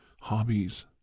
hobbies